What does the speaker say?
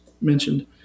mentioned